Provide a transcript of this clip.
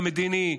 המדיני,